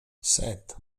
set